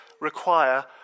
require